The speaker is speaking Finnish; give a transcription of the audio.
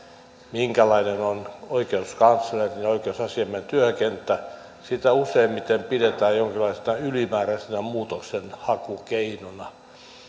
minkälainen on oikeuskanslerin ja oikeusasiamiehen työkenttä sitä useimmiten pidetään jonkinlaisena ylimääräisenä muutoksenhakukeinona